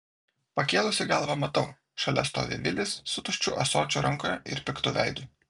pakėlusi galvą matau šalia stovi vilis su tuščiu ąsočiu rankoje ir piktu veidu